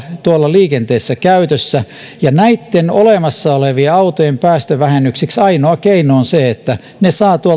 liikenteessä käytössä ja näitten olemassa olevien autojen päästövähennyksiksi ainoa keino on se että ne saavat tuolla